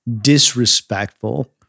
disrespectful